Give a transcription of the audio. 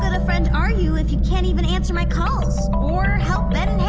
and a friend are you if you can't even answer my calls, or help ben